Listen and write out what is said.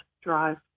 drive